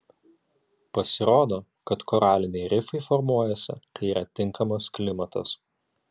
pasirodo kad koraliniai rifai formuojasi kai yra tinkamas klimatas